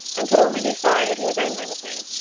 and could only be sorry that he was angry with me.